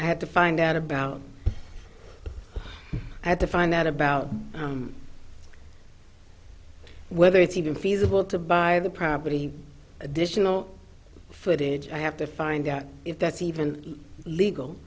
i had to find out about i had to find out about whether it's even feasible to buy the property additional footage i have to find out if that's even legal